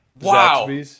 Wow